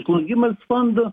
žlugimas fondų